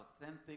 authentic